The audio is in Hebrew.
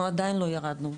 אנחנו עדין לא ירדנו.